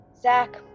Zach